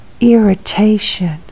irritation